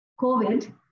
COVID